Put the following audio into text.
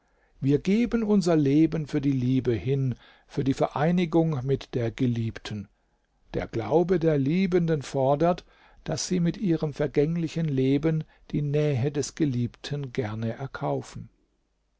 wir geben unser leben für die liebe hin für die vereinigung mit der geliebten der glaube der liebenden fordert daß sie mit ihrem vergänglichen leben die nähe des geliebten gerne erkaufen